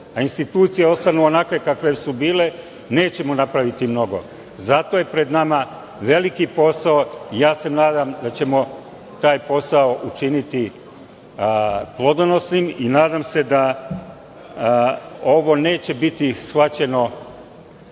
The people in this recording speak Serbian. institucije ostanu onakve kakve su bile nećemo napraviti mnogo. Zato je pred nama veliki posao i ja se nadam da ćemo taj posao učiniti plodonosnim i nadam se ovo neće biti shvaćeno